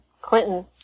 Clinton